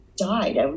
died